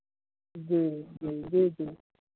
जी जी जी जी